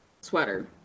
sweater